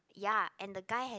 ya and the guy has